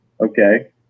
Okay